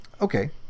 Okay